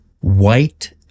White